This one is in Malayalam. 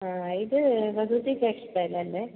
ആ ഇത് ഭഗവതി ടെക്സ്റ്റയിൽ അല്ലെ